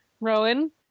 Rowan